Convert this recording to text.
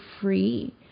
free